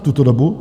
V tuto dobu?